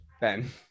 Ben